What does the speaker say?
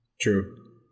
True